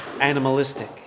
animalistic